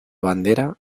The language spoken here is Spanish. bandera